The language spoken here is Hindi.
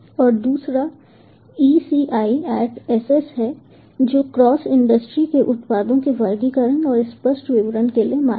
और दूसरा eClss है जो क्रॉस इंडस्ट्री के उत्पादों के वर्गीकरण और स्पष्ट विवरण के लिए मानक है